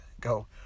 go